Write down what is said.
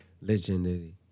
legendary